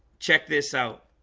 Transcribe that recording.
check this out